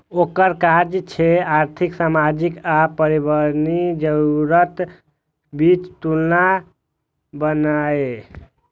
ओकर काज छै आर्थिक, सामाजिक आ पर्यावरणीय जरूरतक बीच संतुलन बनेनाय